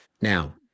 now